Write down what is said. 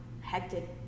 hectic